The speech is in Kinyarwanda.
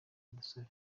dusabe